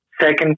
second